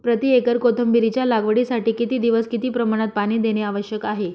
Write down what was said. प्रति एकर कोथिंबिरीच्या लागवडीसाठी किती दिवस किती प्रमाणात पाणी देणे आवश्यक आहे?